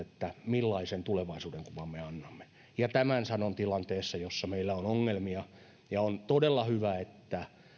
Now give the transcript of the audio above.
millaisen tulevaisuudenkuvan me annamme ja tämän sanon tilanteessa jossa meillä on ongelmia ja on todella hyvä että